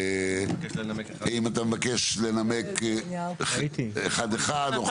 האם אתה מבקש לנמק אחד אחד או?